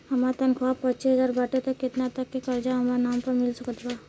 हमार तनख़ाह पच्चिस हज़ार बाटे त केतना तक के कर्जा हमरा नाम पर मिल सकत बा?